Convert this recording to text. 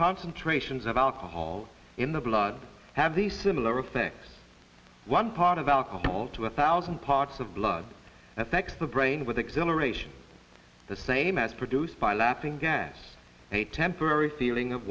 concentrations of alcohol in the blood have these similar things one part of alcohol to a thousand parts of blood and effects the brain with exhilaration the same as produced by lapping dance a temporary feeling of